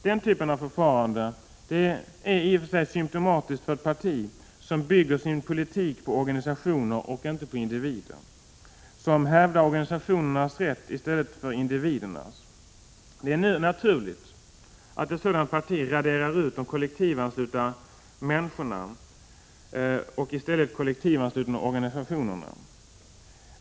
Den typen av förfarande är i och för sig symptomatiskt för ett parti som bygger sin politik på organisationer och inte på individer, som hävdar organisationernas rätt i stället för individernas. Det är nu naturligt att ett sådant parti raderar ut kollektivanslutna människor och i stället kollektivansluter organisationerna.